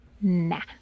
Nah